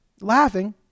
laughing